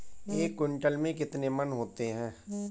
एक क्विंटल में कितने मन होते हैं?